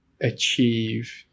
achieve